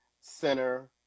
Center